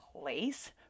place